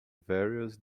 various